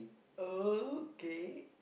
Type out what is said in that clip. okay